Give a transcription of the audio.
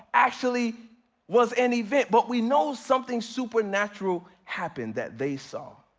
actually was any event, but we know something supernatural happened that they saw,